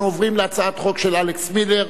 אנחנו עוברים להצעת חוק של אלכס מילר,